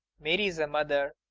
mary's a mother.